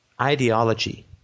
ideology